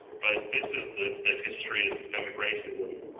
but this is the the history of systemic racism.